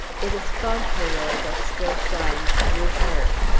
it is fauntleroy that still shines through her!